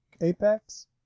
Apex